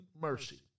mercy